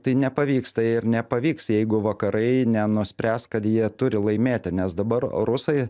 tai nepavyksta ir nepavyks jeigu vakarai nenuspręs kad jie turi laimėti nes dabar rusai